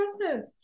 impressive